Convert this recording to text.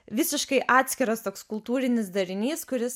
visiškai atskiras toks kultūrinis darinys kuris